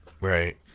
Right